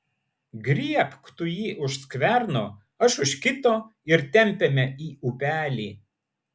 griebk tu jį už skverno aš už kito ir tempiame į upelį